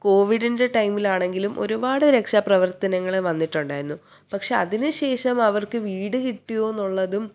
കോവിഡിൻ്റെ ടൈമിലാണെങ്കിലും ഒരുപാട് രക്ഷാപ്രവർത്തങ്ങൾ വന്നിട്ടുണ്ടായിരുന്നു പക്ഷെ അതിനുശേഷം അവർക്ക് വീട് കിട്ടിയോയെന്നുള്ളതും